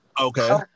Okay